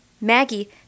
Maggie